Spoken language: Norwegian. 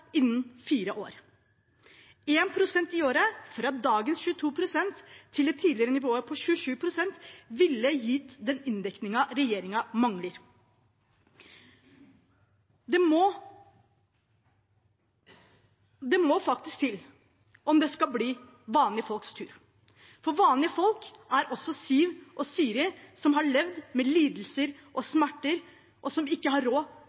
innen fire år. Én prosent i året, fra dagens 22 pst. til det tidligere nivået på 27 pst., ville gitt den inndekningen regjeringen mangler. Det må faktisk til om det skal bli vanlige folks tur, for vanlige folk er også Siw og Siri som har levd med lidelser og smerter, og som ikke har råd